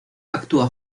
actúa